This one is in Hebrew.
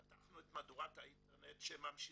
פתחנו את מהדורת האינטרנט שממשיכה,